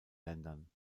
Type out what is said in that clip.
ländern